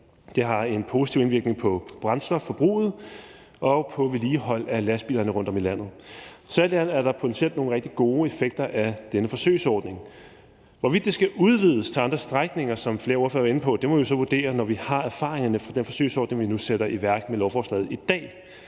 Det har en positiv indvirkning på brændstofforbruget og på vedligehold af lastbilerne rundtom i landet. Så alt i alt er der potentielt nogle rigtig gode effekter af denne forsøgsordning. Hvorvidt det skal udvides til andre strækninger, som flere ordførere har været inde på, må vi så vurdere, når vi har erfaringerne fra den forsøgsordning, vi nu sætter i værk med lovforslaget i dag.